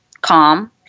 calm